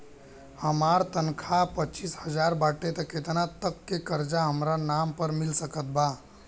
हमार तनख़ाह पच्चिस हज़ार बाटे त केतना तक के कर्जा हमरा नाम पर मिल सकत बा?